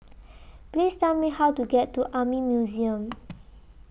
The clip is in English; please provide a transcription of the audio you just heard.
Please Tell Me How to get to Army Museum